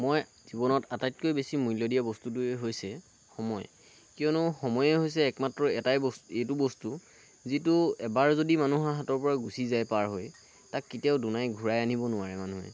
মই জীৱনত আটাইতকৈ বেছি মূল্য দিয়া বস্তুটোৱে হৈছে সময় কিয়নো সময়ে হৈছে একমাত্ৰ এটাই বস্তু এইটো বস্তু যিটো এবাৰ যদি মানুহৰ হাতৰ পৰা গুচি যায় পাৰ হৈ তাক কেতিয়াও দুনাই ঘূৰাই আনিব নোৱাৰে মানুহে